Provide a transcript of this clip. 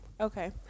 Okay